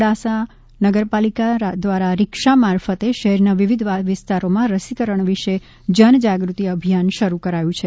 મોડાસા નગરપાલિકા દ્વારા રિક્ષા મારફતે શહેરના વિવિઘ વિસ્તારોમાં રસીકરણ વિશે જન જાગૃતિ અભિયાન શરૂ કરાયું છે